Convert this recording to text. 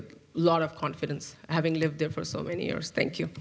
a lot of confidence having lived there for so many years thank you